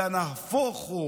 אלא נהפוך הוא,